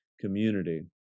community